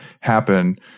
happen